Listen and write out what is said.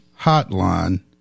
Hotline